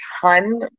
ton